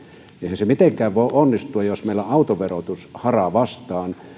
eihän se mitenkään voi onnistua jos meillä autoverotus haraa vastaan